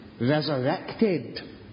resurrected